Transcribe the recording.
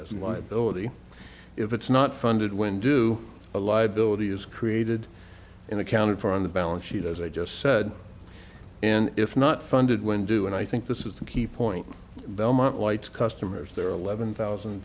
liability if it's not funded when do a liability is created in accounted for on the balance sheet as i just said and if not funded when do and i think this is the key point belmont lights customers there are eleven thousand